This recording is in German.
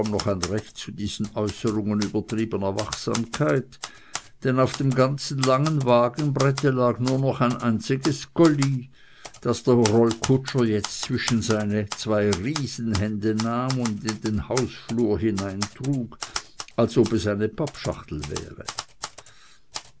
noch ein recht zu diesen äußerungen übertriebener wachsamkeit denn auf dem ganzen langen wagenbrette lag nur noch ein einziges kolli das der rollkutscher jetzt zwischen seine zwei riesenhände nahm und in den hausflur hineintrug als ob es eine pappschachtel wäre